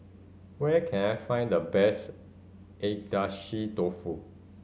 where can I find the best Agedashi Dofu